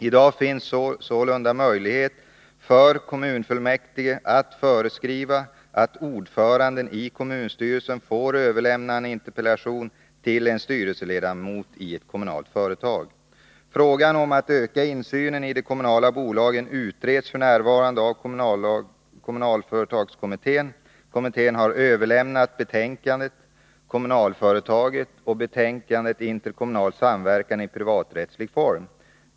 I dag finns sålunda möjlighet för kommunfullmäktige att föreskriva att ordföranden i kommunstyrelsen får överlämna en interpellation till en styrelseledamot i ett kommunalt företag. Frågan om att öka insynen i de kommunala bolagen utreds f.n. av kommunalföretagskommittén. Kommittén har överlämnat betänkandet Kommunalföretaget och betänkandet Interkommunal samverkan i privaträttslig form.